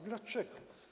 Dlaczego?